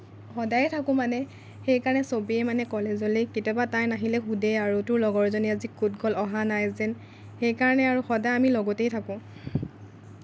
সদায় থাকোঁ মানে সেইকাৰণে চবেই মানে কলেজলে কেতিয়াবা তাই নাহিলে সুধে আৰু তোৰ লগৰজনী আজি ক'ত গ'ল অহা নাই যে সেইকাৰণে আৰু সদায় আমি সদায় লগতেই থাকোঁ